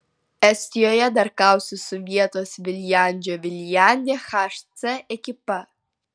estijoje dar kausis su vietos viljandžio viljandi hc ekipa